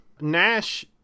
Nash